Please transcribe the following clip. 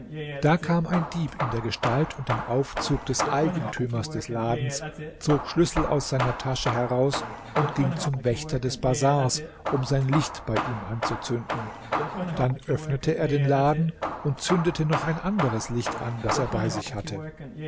da kam ein dieb in der gestalt und dem aufzug des eigentümers des ladens zog schlüssel aus seiner tasche heraus und ging zum wächter des bazars um sein licht bei ihm anzuzünden dann öffnete er den laden und zündete noch ein anderes licht an das er bei sich hatte